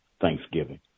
Thanksgiving